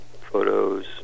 photos